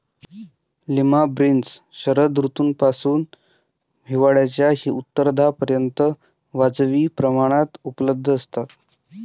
lima beans शरद ऋतूपासून हिवाळ्याच्या उत्तरार्धापर्यंत वाजवी प्रमाणात उपलब्ध असतात